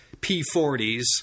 P-40s